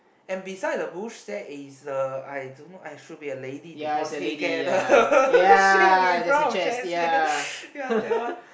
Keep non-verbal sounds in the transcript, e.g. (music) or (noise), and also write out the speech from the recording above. and beside the bush there is a I don't know !aiya! should be a lady because he can (laughs) shape in front of chairs ya that one